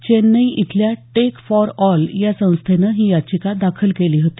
चेन्नई इथल्या tech for all या संस्थेनं ही याचिका दाखल केली होती